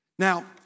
Now